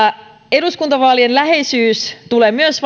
eduskuntavaalien läheisyys tulee myös